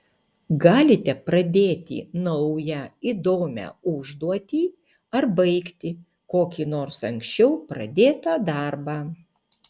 galite pradėti naują įdomią užduotį ar baigti kokį nors anksčiau pradėtą darbą